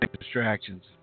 distractions